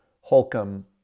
Holcomb